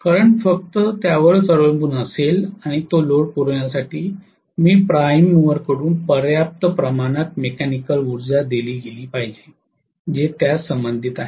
current फक्त त्यावरच अवलंबून असेल आणि तो लोड पुरवण्यासाठी मी प्राईम मूवरकडून पर्याप्त प्रमाणात मेकॅनिकल उर्जा दिली गेली पाहिजे जे त्यास संबंधित आहे